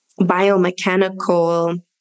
biomechanical